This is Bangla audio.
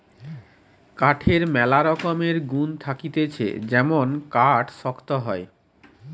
কাঠের ম্যালা রকমের গুন্ থাকতিছে যেমন কাঠ শক্ত হয়